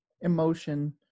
emotion